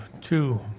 two